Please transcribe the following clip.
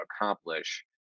accomplish